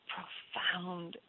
profound